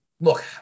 look